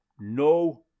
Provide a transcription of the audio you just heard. No